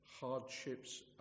hardships